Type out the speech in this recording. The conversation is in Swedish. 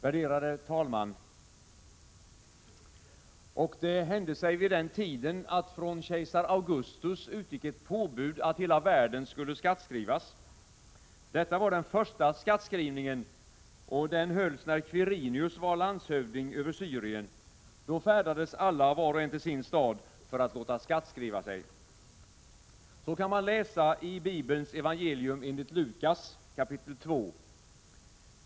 Fru talman! ”Och det hände sig vid den tiden att från kejsar Augustus utgick ett påbud att hela världen skulle skattskrivas. Detta var den första skattskrivningen, och den hölls, när Kvirinius var landshövding över Syrien. Då färdades alla var och en till sin stad, för att låta skattskriva sig.” Så kan man läsa i Bibelns Evangelium enligt Lukas, kapitel 2.